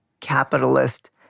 capitalist